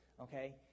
okay